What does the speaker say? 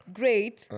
great